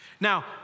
Now